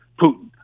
Putin